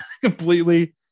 completely